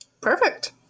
Perfect